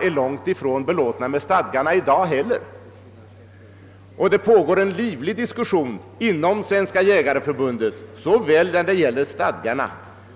Långtifrån alla är belåtna med stadgarna ännu i dag, och det pågår en livlig diskussion inom Svenska jägareförbundet såväl när det gäller stadgarna